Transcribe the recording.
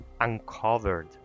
uncovered